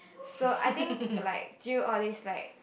so I think like through all these like